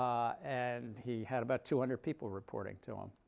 and he had about two hundred people reporting to him